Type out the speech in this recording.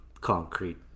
concrete